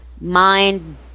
mind